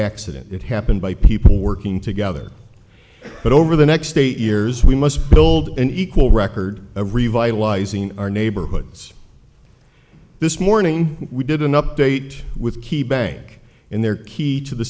accident it happened by people working together but over the next eight years we must build an equal record of revitalizing our neighborhoods this morning we did an update with key banc in their key to the